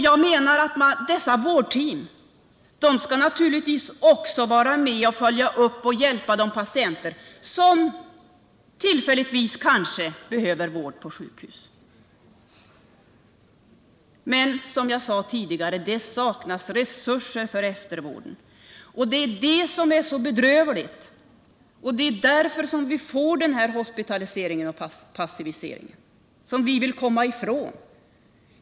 Jag menar att dessa vårdteam också skall vara med och följa upp och hjälpa de patienter som tillfälligtvis behöver vård på sjukhus. Men som jag tidigare sade saknas resurserna för eftervården. Det är det som är så bedrövligt, och det är därför som vi får den hospitalisering och passivisering som vi vill komma ifrån.